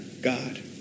God